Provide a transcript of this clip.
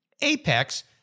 Apex